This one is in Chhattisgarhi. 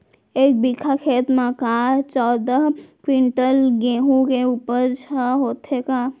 एक बीघा खेत म का चौदह क्विंटल गेहूँ के उपज ह होथे का?